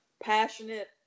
passionate